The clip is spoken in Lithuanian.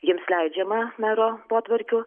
jiems leidžiama mero potvarkiu